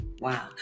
Wow